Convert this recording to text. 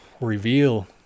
reveal